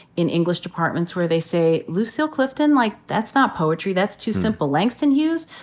in english departments where they say, lucille clifton? like that's not poetry. that's too simple. langston hughes?